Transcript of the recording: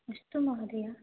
अस्तु महोदय